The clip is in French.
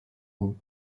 goût